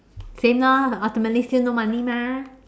same lah ultimately still no money mah